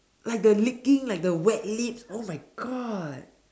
like the licking like the wet lips oh my God